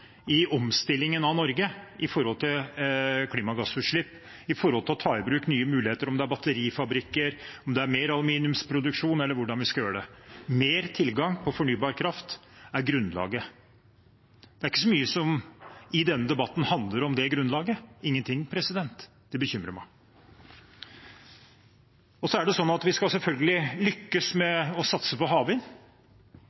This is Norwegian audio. i omstillingen av Norge med hensyn til klimagassutslipp, når det gjelder å ta i bruk nye muligheter, om det er batterifabrikker, om det er mer aluminiumsproduksjon eller hvordan vi skal gjøre det. Mer tilgang på fornybar kraft er grunnlaget. Det er ikke så mye i denne debatten som handler om det grunnlaget – ingenting, og det bekymrer meg. Vi skal selvfølgelig lykkes med å satse på havvind. Jeg er